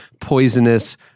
poisonous